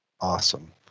Awesome